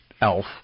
elf